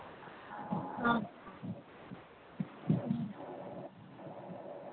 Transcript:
ꯑꯥ